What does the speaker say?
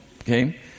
okay